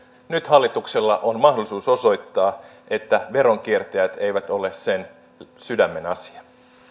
nyt hallituksella on mahdollisuus osoittaa että veronkiertäjät eivät ole sen sydämen asia